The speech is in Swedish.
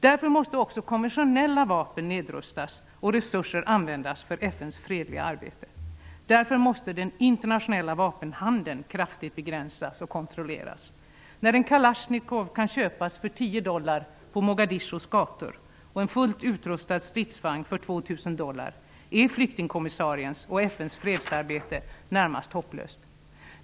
Därför måste också konventionella vapen nedrustas och resurser användas för FN:s fredliga arbete. Därför måste den internationella vapenhandeln kraftigt begränsas och kontrolleras. När en kalasjnikov kan köpas för l0 dollar på Mogadishus gator och en fullt utrustad stridsvagn för 2 000 dollar är flyktingkommissariens och FN:s fredsarbete närmast hopplöst.